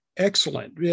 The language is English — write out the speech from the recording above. Excellent